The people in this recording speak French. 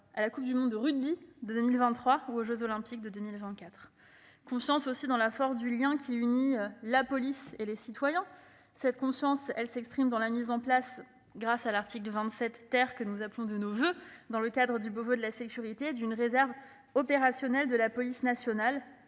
la Coupe du monde de rugby en 2023 et les jeux Olympiques de 2024. Confiance aussi dans la force du lien qui unit la police et les citoyens : cette confiance s'exprime dans la mise en place, grâce à l'article 27 - c'est une mesure que nous appelons de nos voeux dans le cadre du Beauvau de la sécurité -, d'une réserve opérationnelle de la police nationale